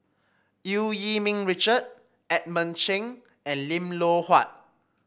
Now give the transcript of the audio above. Eu Yee Ming Richard Edmund Cheng and Lim Loh Huat